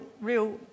real